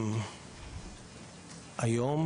היום